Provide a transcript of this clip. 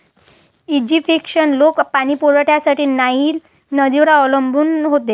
Egyptian लोक पाणी पुरवठ्यासाठी नाईल नदीवर अवलंबून होते